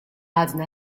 għadna